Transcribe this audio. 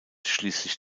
schließlich